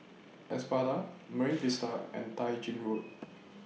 Espada Marine Vista and Tai Gin Road